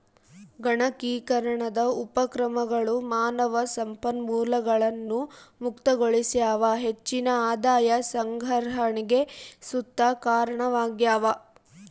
ಗಣಕೀಕರಣದ ಉಪಕ್ರಮಗಳು ಮಾನವ ಸಂಪನ್ಮೂಲಗಳನ್ನು ಮುಕ್ತಗೊಳಿಸ್ಯಾವ ಹೆಚ್ಚಿನ ಆದಾಯ ಸಂಗ್ರಹಣೆಗ್ ಸುತ ಕಾರಣವಾಗ್ಯವ